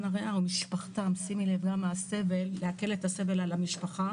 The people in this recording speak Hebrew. סרטן הריאה ומשפחתם שימי לב להקל את הסבל על המשפחה,